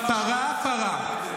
פרה פרה.